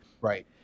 Right